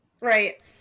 Right